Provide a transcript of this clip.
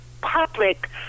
public